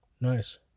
Nice